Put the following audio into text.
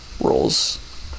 roles